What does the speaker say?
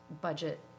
budget